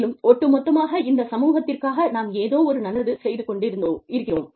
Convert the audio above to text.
மேலும் ஒட்டுமொத்தமாக இந்த சமூகத்திற்காக நாம் ஏதோ ஒரு நல்லது செய்து கொண்டிருக்கிறோம்